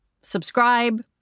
subscribe